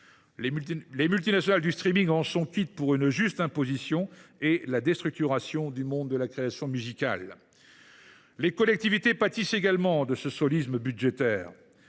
Les multinationales du en sont quittes pour une juste imposition et la déstructuration du monde de la création musicale… Les collectivités pâtissent également de ce « solisme » budgétaire.